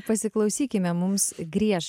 pasiklausykime mums grieš